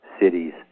cities